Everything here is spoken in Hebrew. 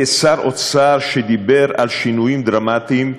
כשר אוצר שדיבר על שינויים דרמטיים,